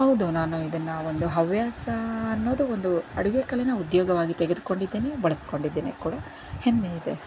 ಹೌದು ನಾನು ಇದನ್ನು ಒಂದು ಹವ್ಯಾಸ ಅನ್ನೋದು ಒಂದು ಅಡುಗೆ ಕಲೇನ ಉದ್ಯೋಗವಾಗಿ ತೆಗೆದುಕೊಂಡಿದ್ದೇನೆ ಬಳಸ್ಕೊಂಡಿದ್ದೇನೆ ಕೂಡ ಹೆಮ್ಮೆಯಿದೆ